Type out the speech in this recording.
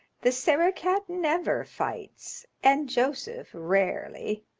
the sarah-cat never fights and joseph rarely.